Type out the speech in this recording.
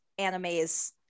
animes